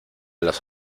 las